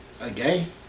Again